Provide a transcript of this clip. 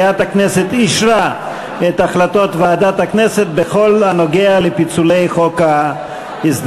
הצעות ועדת הכנסת בדבר חלוקה ופיצול של הצעת חוק לשינוי